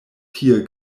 tie